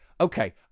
Okay